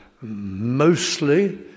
mostly